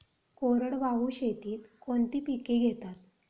कोरडवाहू शेतीत कोणती पिके घेतात?